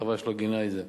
חבל שלא גינה את זה.